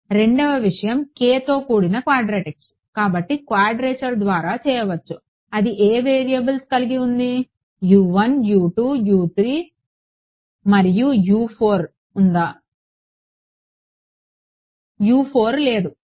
రెండవ విషయం kతో కూడిన క్వాడ్రాటిక్స్ కాబట్టి క్వాడ్రేచర్ ద్వారా చేయవచ్చు అది ఏ వేరియబుల్స్ కలిగి ఉంది మరియు ఉందా లేదు